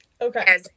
okay